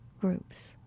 groups